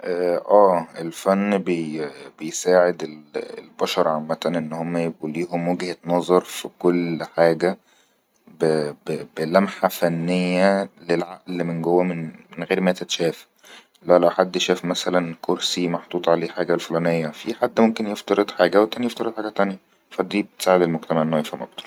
أه الفن بي-بيساعد ال-البشر عمتن انهم يكون ليهم وجهة نظر في كل حاجة ب-بلمحة فنية للعئل من جوة غير ما تتشاف مثلن لو حد شاف مثلن كورسي محطوط عليه حاجة الفلانية في حد ممكن يفترض حاجة و تاني يفترض حاجة تانية فالدي بتساعد المجتمع انه يفهم اكتر